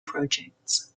projects